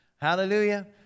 Hallelujah